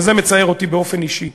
וזה מצער אותי